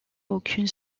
aucune